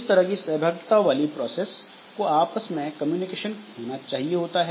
इस तरह की सहभागिता वाली प्रोसेस को आपस में कम्युनिकेशन चाहिए होता है